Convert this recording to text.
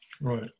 right